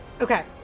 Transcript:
Okay